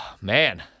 man